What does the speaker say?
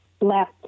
left